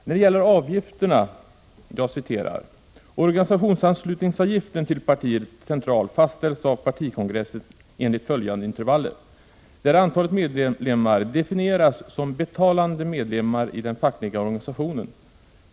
När det gäller avgifterna föreslås följande: ”Organisationsanslutningsavgiften till partiet centralt fastställs av partikongressen enligt följande intervaller, där antalet medlemmar definieras som betalande medlemmar i den fackliga organisationen.